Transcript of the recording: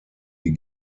die